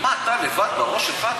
מה, אתה לבד, בראש שלך?